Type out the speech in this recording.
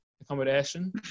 accommodation